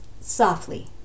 softly